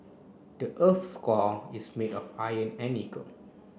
the earth's core is made of iron and nickel